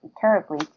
terribly